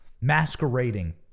masquerading